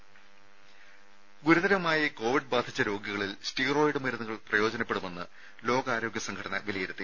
ദേദ ഗുരുതരമായി കോവിഡ് ബാധിച്ച രോഗികളിൽ സ്റ്റീറോയിഡ് മരുന്നുകൾ പ്രയോജനപ്പെടുമെന്ന് ലോകാരോഗ്യ സംഘടന വിലയിരുത്തി